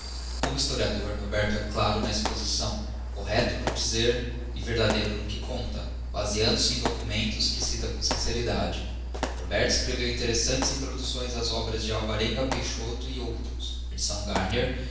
como his oriador norberto claro na exposição correcto no dizer e verdadeiro no que conta baseando se em documentos que cita com sinceridade norberto escreveu interessantes introducções ás obras de alvarenga peixoto e outros